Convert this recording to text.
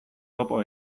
topo